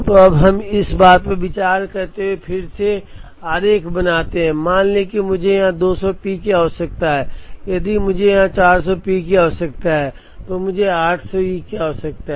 तो अब हम इस बात पर विचार करते हुए फिर से आरेख बनाते हैं मान लें कि मुझे यहाँ 200 P की आवश्यकता है यदि मुझे यहाँ 400 P की आवश्यकता है तो मुझे 800 E की आवश्यकता है